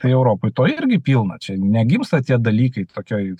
tai europoj to irgi pilna čia negimsta tie dalykai tokioj